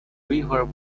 river